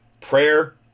Prayer